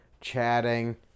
chatting